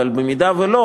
אבל אם לא,